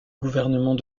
gouvernement